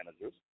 managers